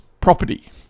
property